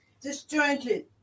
Disjointed